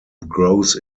grows